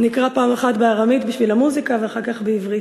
אני אקרא פעם אחת בארמית בשביל המוזיקה ואחר כך בעברית,